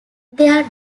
their